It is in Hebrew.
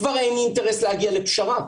כבר אין לי אינטרס להגיע לפשרה.